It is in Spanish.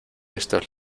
estos